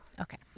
Okay